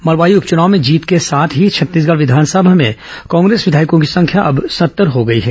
मरवाही उपचुनाव में जीत के साथ ही छत्तीसगढ़ विधानसभा में कांग्रेस विधायकों की संख्या अब सत्तर हो गई है